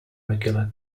regular